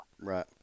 right